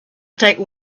take